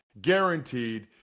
guaranteed